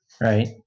Right